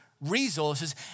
resources